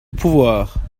pouvoir